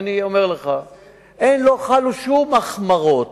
לא חלו שום החמרות.